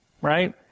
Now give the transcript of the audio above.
right